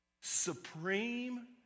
Supreme